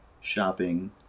shopping